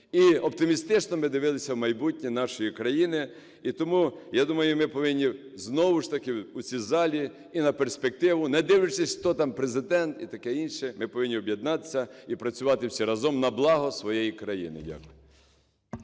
і оптимістично ми дивилися в майбутнє нашої країни. І тому, я думаю, ми повинні знову ж таки у цій залі і на перспективу, не дивлячись, хто там Президент і таке інше, ми повинні об'єднатися і працювати всі разом на благо своєї країни. Дякую.